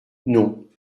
non